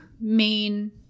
main